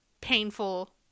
painful